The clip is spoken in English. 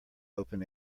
open